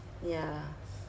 yeah